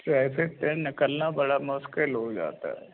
traffic ਤੇ ਨਿਕਲਨਾ ਬੜਾ ਮੁਸ਼ਕਿਲ ਹੋ ਜਾਤਾ ਹੈ